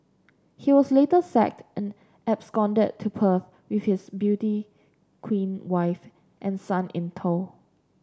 he was later sacked and absconded to Perth with his beauty queen wife and son in tow